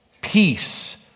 peace